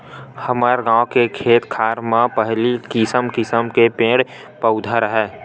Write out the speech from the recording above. हमर गाँव के खेत खार म पहिली किसम किसम के पेड़ पउधा राहय